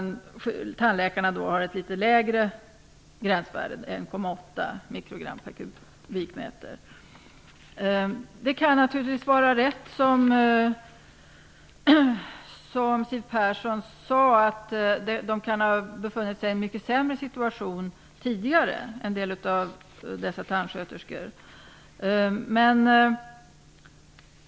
I tandläkarnas arbetsmiljö uppmäter man något lägre halter, Det kan naturligtvis stämma som Siw Persson säger att tandsköterskornas situation var mycket sämre tidigare.